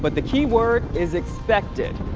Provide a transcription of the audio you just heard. but the keyword is expected.